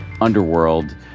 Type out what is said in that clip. underworld